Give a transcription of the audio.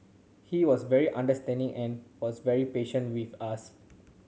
he was very understanding and was very patient with us